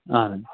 اَہَن